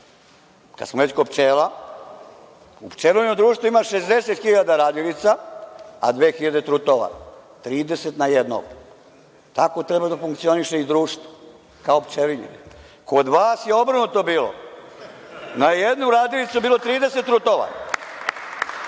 Kada smo već kod pčela, u pčelinom društvu ima 60.000 radilica, a 2.000 trutova, 30 na jednog. Tako treba da funkcioniše i društvo, kao pčelice. Kod vas je obrnuto bilo. Na jednu radilicu je bilo 30 trutova